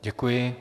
Děkuji.